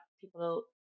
people